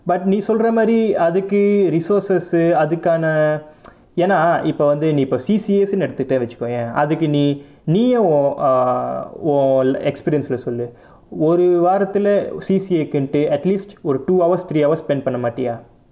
but நீ சொல்ற மாதிரி அதுக்கு:nee solra maathiri athukku resources அதுக்கான ஏனா இப்போ வந்து நீ இப்போ:athukkaana yaennaa ippo vanthu nee ippo C_C_A எடுத்துக்குட்டை வெச்சிக்கோயே அதுக்கு நீ நீயை உன்:eduthukuttai vechikoyae athukku nee neeyai un err உன்:un experience leh சொல்லு ஒரு வாரத்துளே:sollu oru vaarathulae C_C_A குனுட்டு:kunuttu at least ஒரு:oru two hours three hours spend பண்ண மாட்டியா:panna maatiyaa